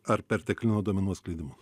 ar perteklinio duomenų atskleidimo